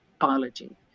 biology